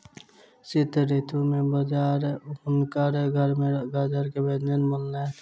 शीत ऋतू में हुनकर घर में गाजर के व्यंजन बनलैन